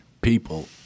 people